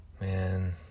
man